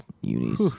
unis